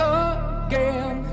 again